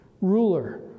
ruler